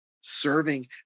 serving